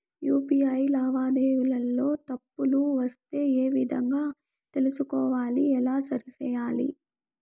UPI లావాదేవీలలో తప్పులు వస్తే ఏ విధంగా తెలుసుకోవాలి? ఎలా సరిసేయాలి?